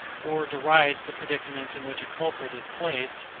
or derides the predicament in which a culprit is placed,